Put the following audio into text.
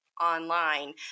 online